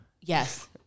Yes